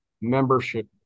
membership